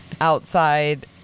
outside